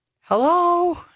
Hello